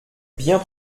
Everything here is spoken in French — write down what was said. bien